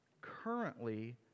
currently